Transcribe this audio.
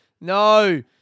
No